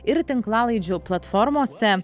ir tinklalaidžių platformose